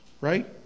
right